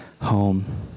home